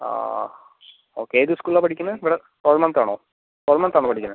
ആ ആ ഓക്കെ ഏത് സ്കൂളിലാണ് പഠിക്കുന്നത് ഇവിടെ ഒളവണ്ണത്ത് ആണോ ഒളവണ്ണത്ത് ആണോ പഠിക്കുന്നത്